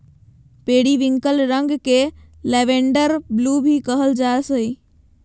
periwinkle रंग के lavender blue भी कहल जा हइ